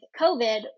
COVID